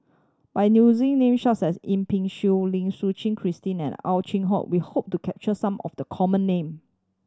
by using names such as Yip Pin Xiu Lim Suchen Christine and Ow Chin Hock we hope to capture some of the common name